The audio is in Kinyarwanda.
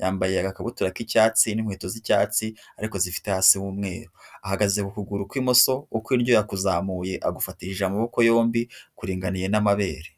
yambaye agakabutura k'icyatsi n'inkweto z'icyatsi ariko zifite hasi h'umweru, ahagaze ku kuguru kw'imoso ukw'indyo yakuzamuye agufatisha amaboko yombi kuringaniye n'amabere.